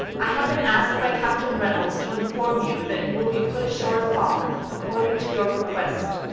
i have been asked by captain reynolds to inform you that you will be put ashore at falmouth, according to your request.